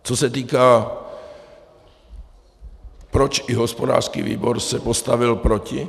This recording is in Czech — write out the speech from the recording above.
Co se týká toho, proč i hospodářský výbor se postavil proti.